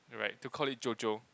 right to call it JoJo